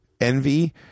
envy